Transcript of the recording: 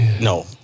No